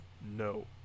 No